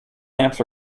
lamps